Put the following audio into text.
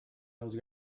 those